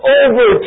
over